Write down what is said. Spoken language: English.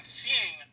seeing